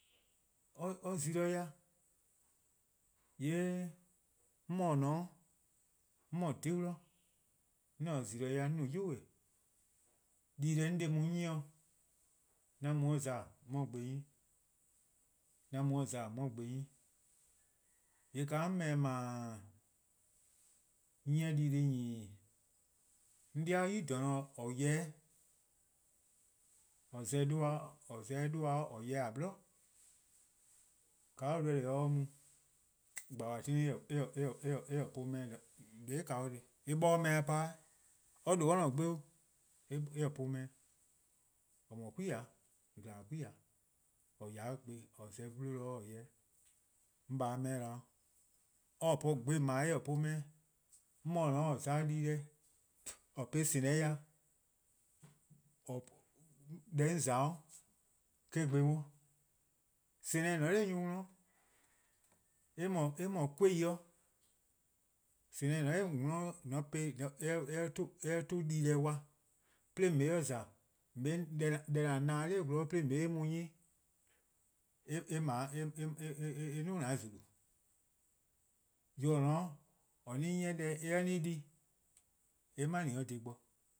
Or zi-dih dih, :yee' 'mor :ne 'o :or :dhe-dih, 'an-a' zi-dih dih 'on no 'yu-yu:. Di-deh: 'on 'de-a mu 'on 'nyi 'an mu :za 'on 'ye gbe :dao' 'nyi,'an mu :za 'on 'ye gbe 'nyi, :yee' :ka 'on no-eh :nooo:, 'on 'nyi-eh dii-deh+ :nyii:, :yee' 'an 'de-di :klaba' or 'ya-eh 'de :or za-eh 'de 'duhba :or ya-eh 'de, :ka or ready-a or 'ye-a mu, klehkpeh klehkpeh eh-a po-or wlu po :neheh' eh 'bor or wlu bo :po-eh 'weh, or :due' or-a' gbe, eh 'bor or wlu bo po-eh 'weh. :eh :mor 'kwiae'-a ih :glaba: :kwiae' :or :ya-a 'de gbe :or za-eh 'bluhba: 'sluh ken :or :hya-eh 'de 'de 'on :baa' 'meh 'da, gbe :dao' eh-' po wlu bo. 'Mor :or za 'o dii-deh :or po-eh :dehnmehn dih deh 'on :za-' eh-: 'gbe-a 'worn. :dehnmehn :eh :ne-a 'de nyor+ 'worn, eh :mor kwehin 'o. :hehnmehn: :eh :ne-a 'de :on 'worn, :mor eh 'tuh dii-deh dih 'de :on 'ye 'o :za 'de :on 'ye-eh deh :an na-dih 'nor :gwlor' 'nyi, :yee/ eh 'duo: an :zulu:, :yor :or ne-a 'o or-a'a: 'nyi-eh deh eh 'ye-a di eh ma-dih or dhih bo